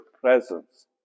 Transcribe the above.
presence